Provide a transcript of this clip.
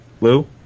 Lou